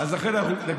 מה שדרך אגב